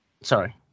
Sorry